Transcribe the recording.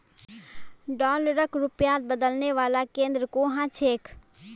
डॉलरक रुपयात बदलने वाला केंद्र कुहाँ छेक